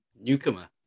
Newcomer